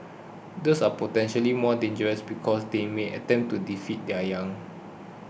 these are potentially more dangerous because they may attempt to defend their young